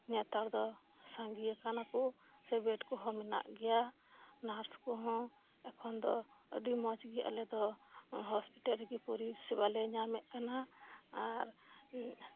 ᱱᱮᱛᱟᱨᱫᱚ ᱥᱟᱸᱜᱮ ᱟᱠᱟᱱᱟ ᱠᱚ ᱥᱮ ᱵᱮᱰ ᱠᱚ ᱦᱚᱸ ᱢᱮᱱᱟᱜ ᱜᱮᱭᱟ ᱱᱟᱨᱥ ᱠᱚᱦᱚᱸ ᱮᱠᱷᱚᱱ ᱫᱚ ᱟᱰᱤ ᱢᱚᱸᱡᱽ ᱜᱮ ᱟᱞᱮ ᱫᱚ ᱦᱚᱸᱥ ᱯᱤᱴᱟᱞ ᱨᱮᱜᱮ ᱯᱚᱨᱤᱥᱮᱵᱟ ᱞᱮ ᱧᱟᱢᱮᱫ ᱠᱟᱱᱟ ᱟᱨ